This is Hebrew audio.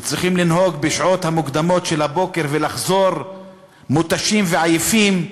וצריכים לנהוג בשעות המוקדמות של הבוקר ולחזור מותשים ועייפים.